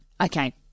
Okay